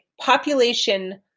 Population